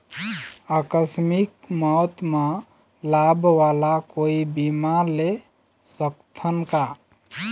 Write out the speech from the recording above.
आकस मिक मौत म लाभ वाला कोई बीमा ले सकथन का?